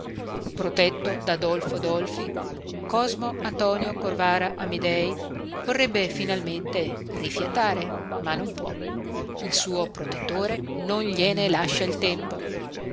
protetto da dolfo dolfi cosmo antonio corvara amidei vorrebbe finalmente rifiatare ma non può il suo protettore non gliene lascia il tempo